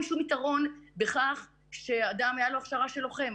שום יתרון בכך שאדם הייתה לו הכשרה של לוחם.